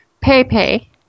Pepe